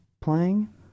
playing